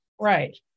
Right